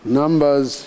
numbers